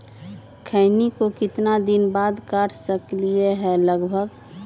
खैनी को कितना दिन बाद काट सकलिये है लगभग?